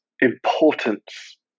importance